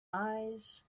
eyes